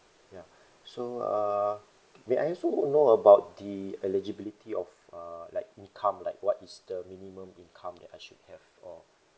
ya so uh may I also know about the eligibility of uh like income like what is the minimum income that I should have or